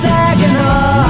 Saginaw